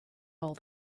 all